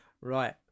Right